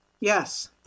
Yes